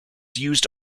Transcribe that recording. used